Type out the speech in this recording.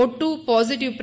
ಒಟ್ಟು ಪಾಸಿಟಿವ್ ು